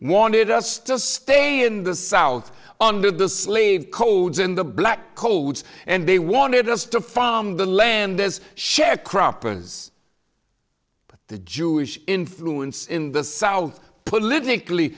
wanted us to stay in the south under the slave codes in the black codes and they wanted us to find them the land as sharecroppers but the jewish influence in the south politically